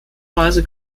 weise